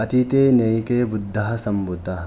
अतीते अनेके बुद्धाः सम्भूताः